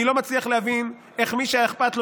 אני לא מצליח להבין איך מי שהיה אכפת לו